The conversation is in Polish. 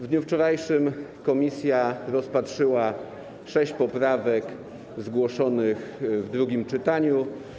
W dniu wczorajszym komisja rozpatrzyła sześć poprawek zgłoszonych w drugim czytaniu.